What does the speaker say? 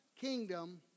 kingdom